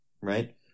right